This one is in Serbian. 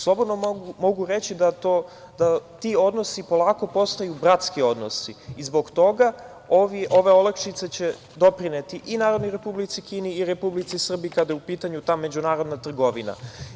Slobodno mogu reći da ti odnosi polako postaju bratski odnosi i zbog toga ove olakšice će doprineti i Narodnoj Republici Kini i Republici Srbiji kada je u pitanju ta međunarodna trgovina.